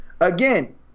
Again